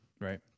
Right